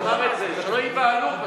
תאמר את זה, שלא ייבהלו פשוט.